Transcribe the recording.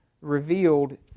revealed